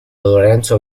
lorenzo